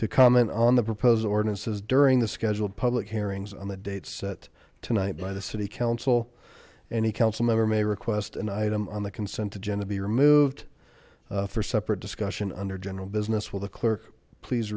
to comment on the proposed ordinances during the scheduled public hearings on the date set tonight by the city council any council member may request an item on the consent agenda be removed for separate discussion under general business with the clerk please